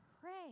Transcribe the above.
Pray